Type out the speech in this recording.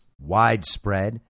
widespread